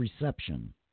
reception